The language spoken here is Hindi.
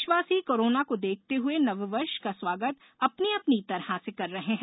प्रदेश वासी कोरोना को देखते हुए नव वर्ष का स्वागत अपनी अपनी तरह से कर रहे हैं